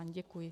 Děkuji.